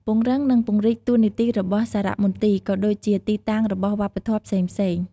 ពង្រឹងនិងពង្រីកតួនាទីរបស់សារៈមន្ទីរ ក៏ដូចជាទីតាំងរបស់វប្បធម៏ផ្សេងៗ។